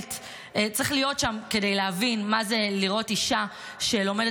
צריך להיות שם כדי להבין מה זה לראות אישה שלומדת